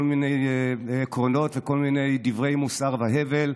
מיני עקרונות וכל מיני דברי מוסר והבל,